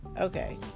okay